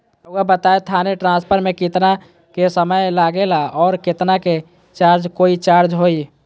रहुआ बताएं थाने ट्रांसफर में कितना के समय लेगेला और कितना के चार्ज कोई चार्ज होई?